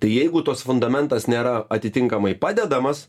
tai jeigu tos fundamentas nėra atitinkamai padedamas